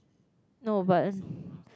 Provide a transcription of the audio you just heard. no but